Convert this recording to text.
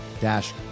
dash